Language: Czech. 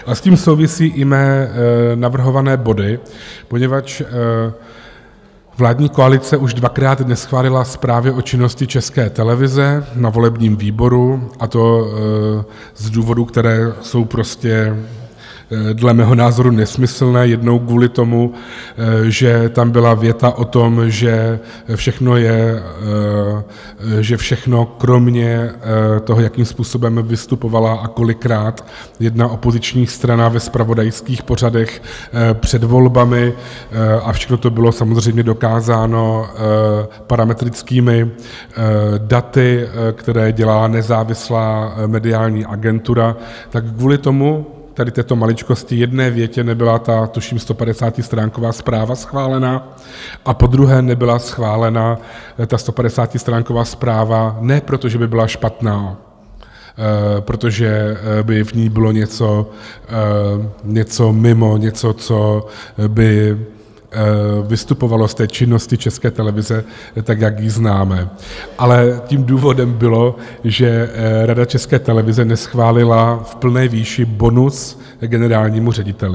A s tím souvisí i mé navrhované body, poněvadž vládní koalice už dvakrát neschválila zprávy o činnosti České televize na volebním výboru, a to z důvodů, které jsou dle mého názoru nesmyslné jednou kvůli tomu, že tam byla věta o tom, že všechno kromě toho, jakým způsobem vystupovala, a kolikrát, jedna opoziční strana ve zpravodajských pořadech před volbami, a všechno to bylo samozřejmě dokázáno parametrickými daty, která dělá nezávislá mediální agentura, tak kvůli tomu, tady této maličkosti, jedné větě, nebyla ta tuším 150stránková zpráva schválena, a podruhé nebyla schválena ta 150stránková zpráva ne proto, že by byla špatná, protože by v ní bylo něco mimo, něco, co by vystupovalo z činnosti České televize, jak ji známe, ale tím důvodem bylo, že Rada České televize neschválila v plné výši bonus generálnímu řediteli.